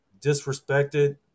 disrespected